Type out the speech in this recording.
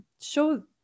show